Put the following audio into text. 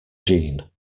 jeanne